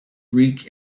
greek